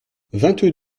vingt